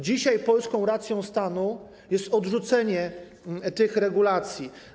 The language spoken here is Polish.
Dzisiaj polską racją stanu jest odrzucenie tych regulacji.